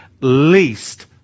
least